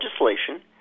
legislation